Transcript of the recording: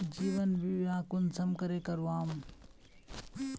जीवन बीमा कुंसम करे करवाम?